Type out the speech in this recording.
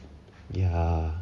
ya